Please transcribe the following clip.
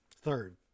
Third